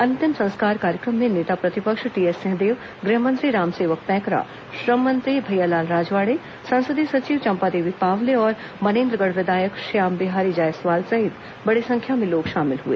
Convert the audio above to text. अंतिम संस्कार कार्यक्रम में नेता प्रतिपक्ष टीएससिंहदेव गृहमंत्री रामसेवक पैकरा श्रम मंत्री भैयालाल राजवाड़े संसदीय सचिव चंपादेवी पावले और मनेन्द्रगढ़ विधायक श्यामबिहारी जायसवाल सहित बड़ी संख्या में लोग शामिल हुए